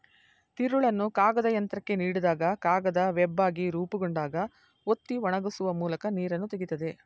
ತಿರುಳನ್ನು ಕಾಗದಯಂತ್ರಕ್ಕೆ ನೀಡಿದಾಗ ಕಾಗದ ವೆಬ್ಬಾಗಿ ರೂಪುಗೊಂಡಾಗ ಒತ್ತಿ ಒಣಗಿಸುವ ಮೂಲಕ ನೀರನ್ನು ತೆಗಿತದೆ